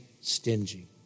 stingy